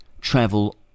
travel